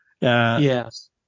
Yes